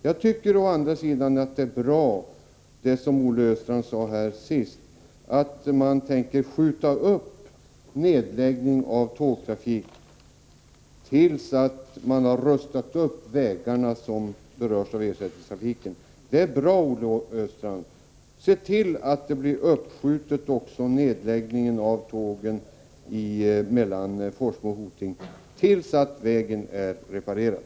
Jag tycker å andra sidan att det som Olle Östrand sade sist i sin förra replik är bra, nämligen att nedläggningen av tågtrafik skall skjutas upp tills de vägar som berörs av ersättningstrafik har rustats upp. Det är bra, Olle Östrand! Se till att också nedläggningen av tågtrafiken mellan Forsmo och Hoting skjuts upp till dess att vägen är reparerad!